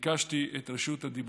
ביקשתי את רשות הדיבור.